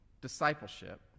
discipleship